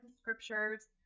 scriptures